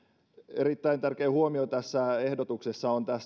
erittäin tärkeä huomio tässä ehdotuksessa on